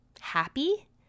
happy